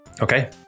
Okay